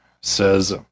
says